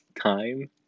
time